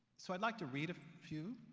so i'd like to read a few.